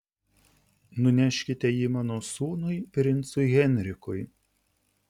nuneškite jį mano sūnui princui henrikui